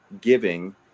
giving